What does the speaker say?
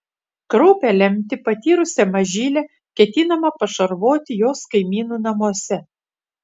kraupią lemtį patyrusią mažylę ketinama pašarvoti jos kaimynų namuose